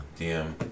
DM